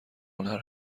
هنر